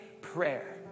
prayer